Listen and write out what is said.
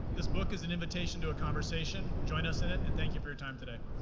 this book is an invitation to a conversation. join us in it, and thank you for your time today